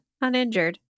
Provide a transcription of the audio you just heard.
uninjured